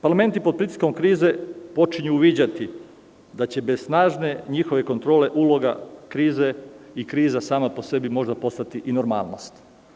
Parlamenti pod pritiskom krize počinju uviđati da će bez snažne kontrole uloga krize, kriza sama po sebi postati normalnost.